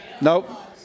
Nope